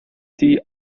die